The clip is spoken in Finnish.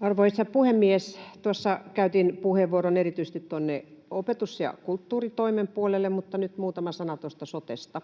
Arvoisa puhemies! Tuossa käytin puheenvuoron erityisesti opetus- ja kulttuuritoimen puolelle, mutta nyt muutama sana sotesta.